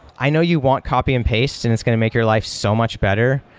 i know you want copy and paste and it's going to make your life so much better,